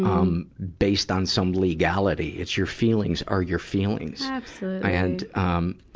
um, based on some legality. it's your feelings are your feelings. absolutely! and, um,